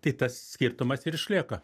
tai tas skirtumas ir išlieka